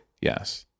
Yes